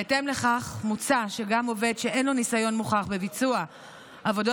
בהתאם לכך מוצע שגם עובד שאין לו ניסיון מוכח בביצוע עבודות